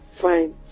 Fine